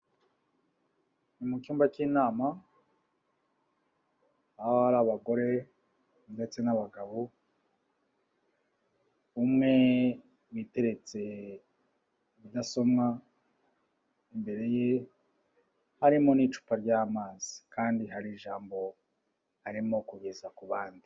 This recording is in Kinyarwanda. Mu cyumba cy'inama abagore ndetse n'abagabo umwe witeretse mudasomwa imbere ye harimo n'icupa ry'amazi kandi hari ijambo arimo kugeza ku bandi.